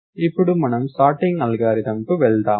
ఇప్పుడు మనం సార్టింగ్ అల్గోరిథంకు వెళ్తాము